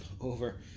over